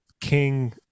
King